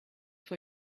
vor